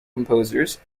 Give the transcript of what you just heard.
composers